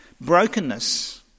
brokenness